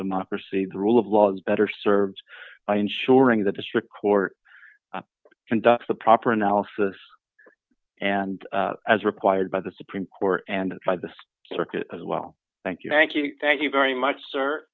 democracy the rule of law is better served by ensuring the district court conducts the proper analysis and as required by the supreme court and by the circuit as well thank you thank you thank you very much sir